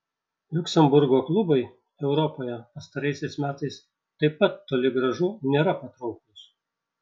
liuksemburgo klubai europoje pastaraisiais metais taip pat toli gražu nėra patrauklūs